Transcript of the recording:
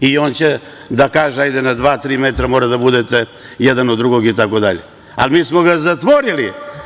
I on će da kaže - na dva, tri metra mora da budete jedan od drugog itd, ali mi smo ga zatvorili.